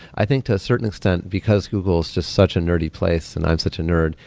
i think to a certain extent because google is just such a nerdy place and i'm such a nerd,